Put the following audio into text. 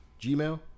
Gmail